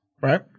Right